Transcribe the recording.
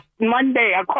Monday